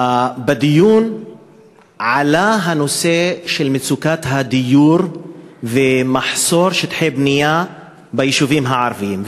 בדיון עלה הנושא של מצוקת הדיור והמחסור בשטחי בנייה ביישובים הערביים.